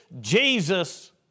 Jesus